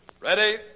Ready